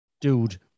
dude